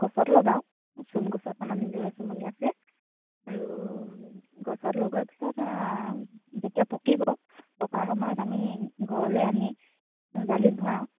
গছত লগাওঁ চোম গছত আমাৰ নিজৰে চোমনি আছে আৰু গছত লগোৱা পিছত যেতিয়া পকিব পকাৰ সময়ত আমি ঘৰলৈ আনি জালিত ভৰাওঁ